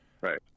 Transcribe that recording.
Right